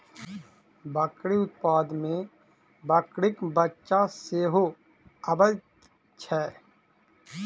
बकरी उत्पाद मे बकरीक बच्चा सेहो अबैत छै